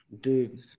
Dude